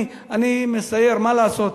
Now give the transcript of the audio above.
אני מסייר, מה לעשות.